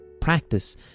practice